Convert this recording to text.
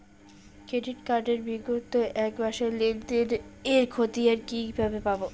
Credit card এর বিগত এক মাসের লেনদেন এর ক্ষতিয়ান কি কিভাবে পাব?